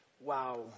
Wow